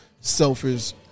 selfish